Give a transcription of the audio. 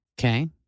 Okay